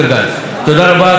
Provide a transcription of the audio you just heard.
כפי שאמרתי,